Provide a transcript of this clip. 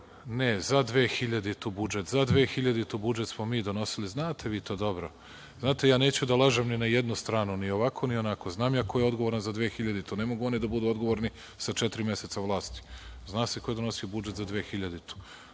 za 2000. godinu budžet smo mi donosili, znate vi to dobro. Ja neću da lažem ni na jednu stranu, ni ovako, ni onako. Znam ja ko je odgovoran za 2000. godinu. Ne mogu oni da budu odgovorni sa četiri meseca vlasti. Zna se ko je donosio budžet za 2000.